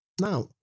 now